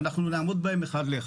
ואנחנו נעמוד בהן אחת לאחת.